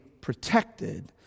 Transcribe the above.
protected